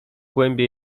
głębię